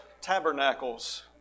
Tabernacles